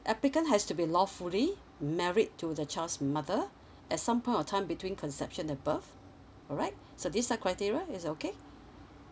applicant has to be lawfully married to the child's mother at some point of time between conception of birth alright so these are criteria is that okay